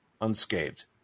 unscathed